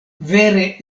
vere